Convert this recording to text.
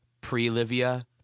Pre-Livia